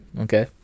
okay